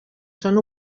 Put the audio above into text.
són